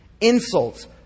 insults